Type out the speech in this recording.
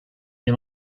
you